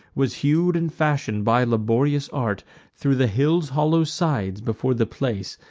was hew'd and fashion'd by laborious art thro' the hill's hollow sides before the place,